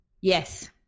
Yes